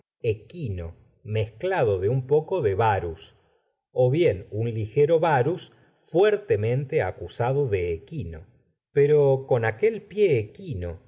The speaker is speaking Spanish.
un equino mezclado de un poco de varis ó bien un ligero varus fuertemente acusado de equino pero con aquel pie